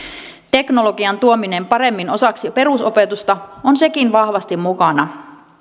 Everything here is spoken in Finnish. teknologian tuominen paremmin osaksi jo perusopetusta on sekin vahvasti mukana